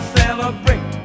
celebrate